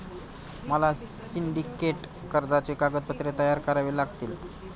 मला सिंडिकेट कर्जाची कागदपत्रे तयार करावी लागतील